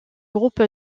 groupe